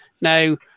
Now